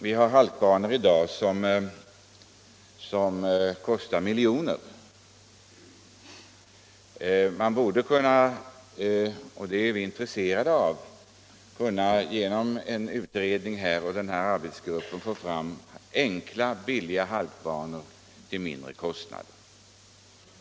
Vi har halkbanor i dag som kostar miljoner, men det borde vara möjligt — och vi är intresserade av att med hjälp av den sittande arbetsgruppen nå det målet - att få fram enkla halkbanor till lägre kostnader.